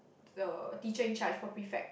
so teacher in charge for prefect